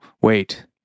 Wait